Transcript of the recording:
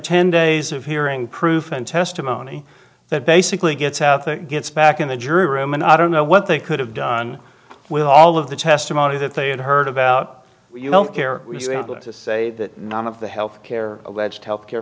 ten days of hearing proof and testimony that basically gets out there gets back in the jury room and i don't know what they could have done with all of the testimony that they had heard about you don't care to say that none of the health care alleged health care